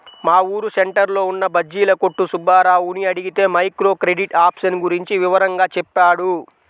మా ఊరు సెంటర్లో ఉన్న బజ్జీల కొట్టు సుబ్బారావుని అడిగితే మైక్రో క్రెడిట్ ఆప్షన్ గురించి వివరంగా చెప్పాడు